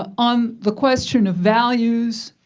ah on the question of values,